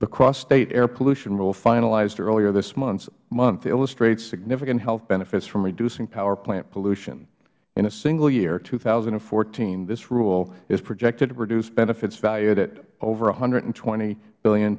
the crossstate air pollution rule finalized earlier this month illustrates significant health benefits from reducing power plant pollution in a single year two thousand and fourteen this rule is projected to produce benefits valued at over one hundred and twenty